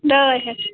ڈاے ہتھ